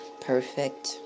Perfect